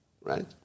right